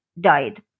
died